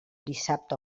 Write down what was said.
dissabte